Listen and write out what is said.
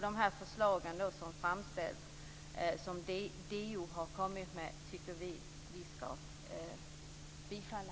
De förslag som DO har kommit med tycker vi i Miljöpartiet att kammaren skall bifalla.